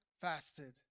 fasted